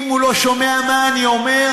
אם הוא לא שומע מה אני אומר,